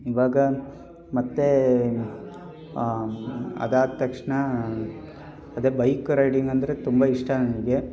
ಇವಾಗ ಮತ್ತು ಅದಾದ ತಕ್ಷಣ ಅದೇ ಬೈಕ್ ರೈಡಿಂಗ್ ಅಂದರೆ ತುಂಬ ಇಷ್ಟ ನನಗೆ